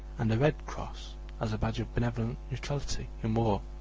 and the red cross as a badge of benevolent neutrality in war.